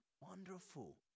Wonderful